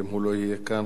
ואם הוא לא יהיה כאן,